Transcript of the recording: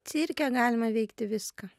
cirke galima veikti viską